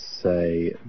say